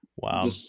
wow